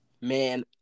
Man